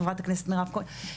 חברת הכנסת מירב כהן,